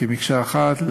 כמקשה אחת,